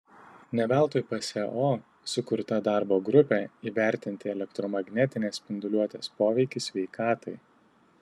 ne veltui pso sukurta darbo grupė įvertinti elektromagnetinės spinduliuotės poveikį sveikatai